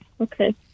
Okay